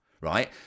right